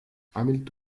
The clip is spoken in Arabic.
عملت